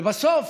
ובסוף,